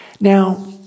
Now